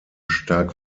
stark